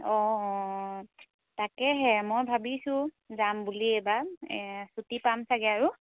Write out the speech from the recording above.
অঁ অঁ তাকেহে মই ভাবিছোঁ যাম বুলি এইবাৰ ছুটী পাম চাগে আৰু